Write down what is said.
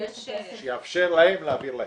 שיעביר את הכסף -- שיאפשר להם להעביר להם.